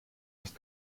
nicht